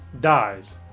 dies